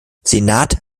senat